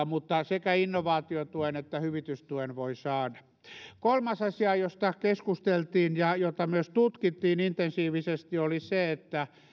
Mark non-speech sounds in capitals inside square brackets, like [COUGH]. [UNINTELLIGIBLE] mutta sekä innovaatiotuen että hyvitystuen voi saada kolmas asia josta keskusteltiin ja jota myös tutkittiin intensiivisesti oli se että